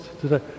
today